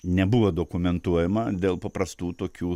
nebuvo dokumentuojama dėl paprastų tokių